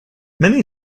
many